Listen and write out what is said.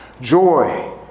joy